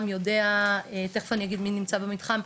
המתחם יודע, תיכף אני אגיד מי נמצא במתחם.